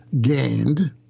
gained